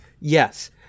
Yes